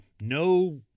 no